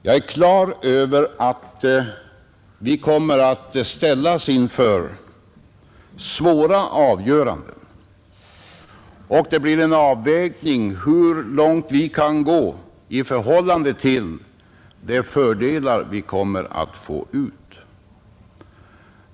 Jag är klar över att vi kommer att ställas inför svåra avgöranden, och det måste bli en avvägning av hur långt vi kan gå i förhållande till de fördelar vi kommer att få ut.